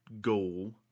Goal